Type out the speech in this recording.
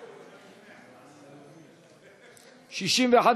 המחנה הציוני,